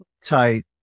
Tight